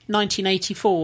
1984